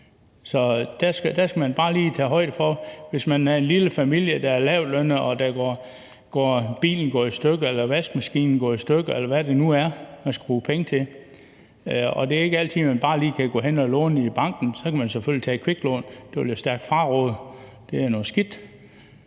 Så der skal man bare lige tage højde for, at der f.eks. kan være en lille familie, der hører til de lavtlønnede, hvis bil eller vaskemaskine går i stykker, eller hvad det nu er, man skal bruge penge til. Og det er ikke altid, man bare lige kan gå hen og låne i banken. Så kan man selvfølgelig tage et kviklån. Det vil jeg stærkt fraråde, for det er noget skidt.